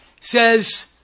says